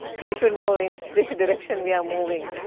you should know in which direction we are moving.